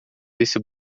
desse